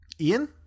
Ian